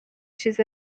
چیز